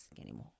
anymore